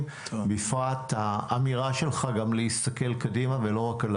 בפרט האמירה שלך גם להסתכל קדימה ולא רק על